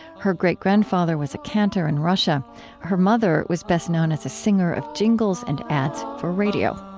her great-grandfather was a cantor in russia her mother was best known as a singer of jingles and ads for radio